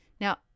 Now